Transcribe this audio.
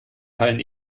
fallen